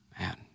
Man